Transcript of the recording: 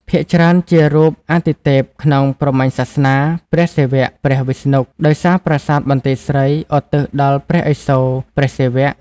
ភាគច្រើនជារូប អាទិទេពក្នុងព្រហ្មញ្ញសាសនា (ព្រះសិវៈ ព្រះវិស្ណុ) ដោយសារប្រាសាទបន្ទាយស្រីឧទ្ទិសដល់ព្រះឥសូរ (ព្រះសិវៈ)។